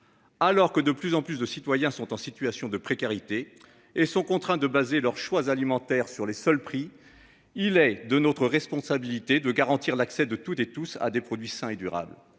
Alors que de plus en plus de citoyens sont en situation de précarité et sont contraints de baser leur choix alimentaires sur les seuls prix il est de notre responsabilité de garantir l'accès de toutes et tous à des produits sains et durables.